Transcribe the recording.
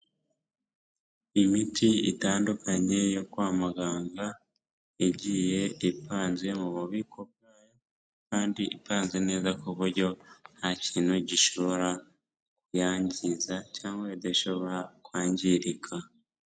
Imiti itandukanye yo kwa muganga, igiye ipanze mu bubiko bwayo kandi ipanze neza ku buryo ntakintu gishobora kuyangiza cyangwa idashobora kwangirika.